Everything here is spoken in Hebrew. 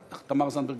חברת הכנסת זנדברג